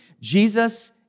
Jesus